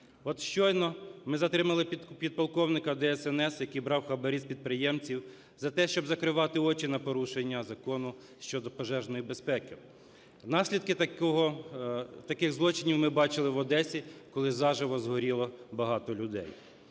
щойно ми затримали підполковника ДСНС, який брав хабарі з підприємців за те, щоб закривати очі на порушення Закону щодо пожежної безпеки. Наслідки таких злочинів ми бачили в Одесі, коли заживо згоріло багато людей.